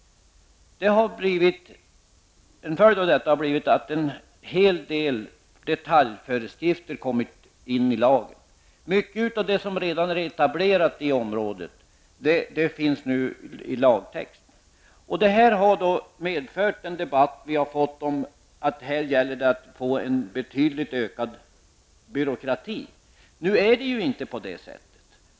En följd av detta har blivit att en hel del detaljföreskrifter har kommit in i lagen. Mycket av det som redan är etablerat på området finns nu i lagtext. Det har medfört att vi har fått en debatt om att byråkratin ökar betydligt. Det är inte på det sättet.